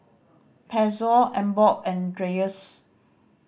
Pezzo Emborg and Dreyers